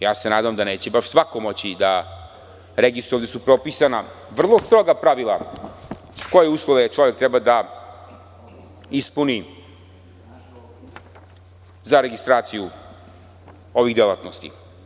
Ja se nadam da neće baš svako moći da registruje, ovde su propisana vrlo stroga pravila koje uslove čovek treba da ispuni za registraciju ovih delatnosti.